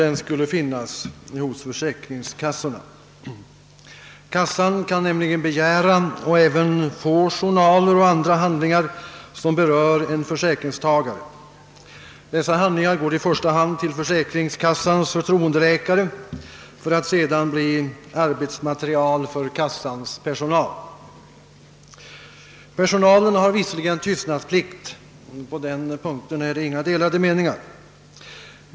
denna skulle finnas hos försäkringskassorna. Kassan kan nämligen begära att få journaler och andra handlingar som berör en försäkringstagare. Dessa handlingar går i första hand till försäkringskassans förtroendeläkare för att sedan bli arbetsmaterial för kassans personal. Personalen har visserligen tystnadsplikt — på den punkten råder inga delade meningar.